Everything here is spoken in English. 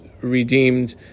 redeemed